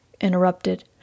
interrupted